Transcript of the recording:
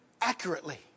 accurately